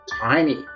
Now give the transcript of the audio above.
Tiny